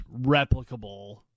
replicable